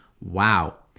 wow